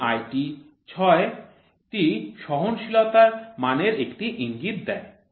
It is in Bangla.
এই IT 6 টি সহনশীলতার মানের একটি ইঙ্গিত দেয়